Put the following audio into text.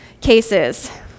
cases